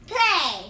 Play